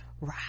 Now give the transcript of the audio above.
right